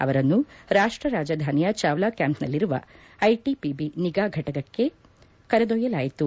ಅವರನ್ನು ರಾಷ್ಟ್ರ ರಾಜಧಾನಿಯ ಚಾವ್ಲಾ ಕ್ಯಾಂಪ್ನಲ್ಲಿರುವ ಐಟಿಬಿಪಿ ನಿಗಾ ಫಟಕಕ್ಕೆ ಕರೆದೊಯ್ಯಲಾಯಿತು